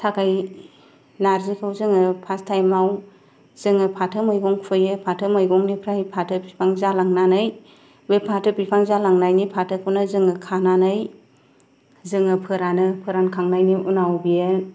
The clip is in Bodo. थाखाय नार्जिखौ जोङो फार्स्ट टाइमाव जोङो फाथो मैगं फोयो फाथो मैगंनिफ्राय फाथो बिफां जालांनानै बे फाथो बिफां जालांनायनि फाथोखौनो जों खानानै जोङो फोरानो फोरानखांनायनि उनाव बियो